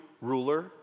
ruler